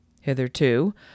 Hitherto